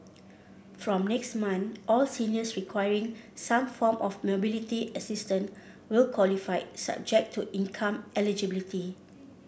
from next month all seniors requiring some form of mobility assistance will qualify subject to income eligibility